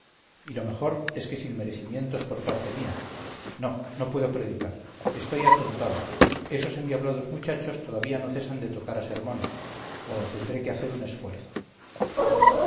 y lo mejor es que sin merecimientos por parte mía no no puedo predicar estoy atontado esos endiablados muchachos todavía no cesan de tocar a sermón oh tendré que hacer un esfuerzo